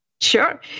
Sure